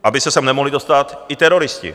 Aby se sem nemohli dostat i teroristi.